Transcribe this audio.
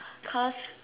cause